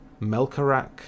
Melkarak